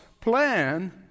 plan